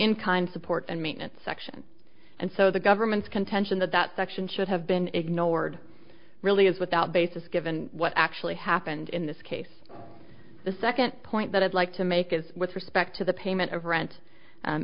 kind support and maintenance section and so the government's contention that that section should have been ignored really is without basis given what actually happened in this case the second point that i'd like to make is with respect to the payment of rent